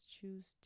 choose